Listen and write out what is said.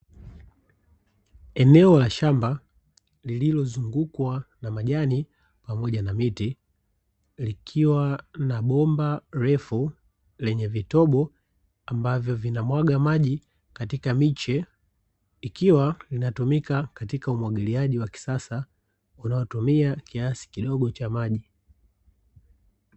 Eneo la shamba lililozungukwa na majani pamoja na miti, likiwa na bomba refu lenye vitobo ambavyo vina mwaga maji katika miche, ikiwa inatumika katika umwagiliaji wa kisasa unaotumia kiasi kidogo cha maji.